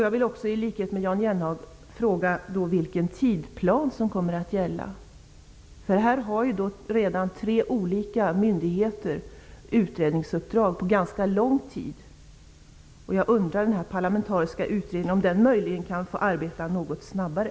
Jag vill också i likhet med Jan Jennehag fråga vilken tidsplan som kommer att gälla. Tre olika myndigheter har redan fått utredningsuppdrag på ganska lång tid. Jag undrar om den parlamentariska utredningen möjligen kan arbeta något snabbare.